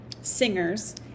singers